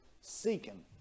seeking